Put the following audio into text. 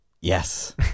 Yes